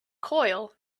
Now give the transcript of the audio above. coil